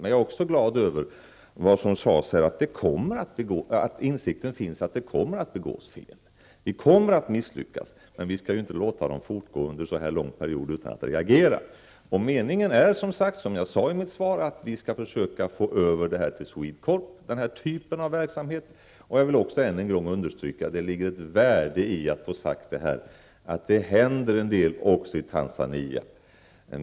Vidare är jag glad över det som sägs här om att insikten finns om att fel kommer att begås och om att vi kommer att misslyckas. Men vi skall inte låta felen passera under en så lång period som i detta fall utan att reagera. Meningen är, som jag sagt i mitt svar, att vi skall försöka få över den här typen av verksamhet till SWEDECORP. Sedan vill jag ännu en gång understryka att det finns ett värde i att få sagt att det händer en del också i Tanzania.